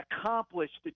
accomplished